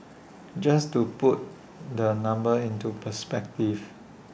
just to put the number into perspective